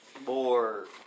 more